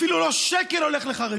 אפילו שקל לא הולך לחרדים.